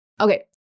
Okay